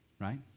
right